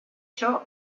ciò